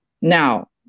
Now